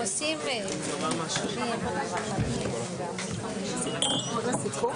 הישיבה ננעלה בשעה